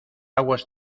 aguas